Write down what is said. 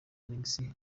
alexis